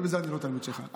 ובזה אני לא תלמיד שלך.